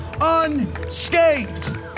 unscathed